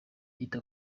yita